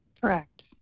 Correct